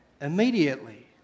immediately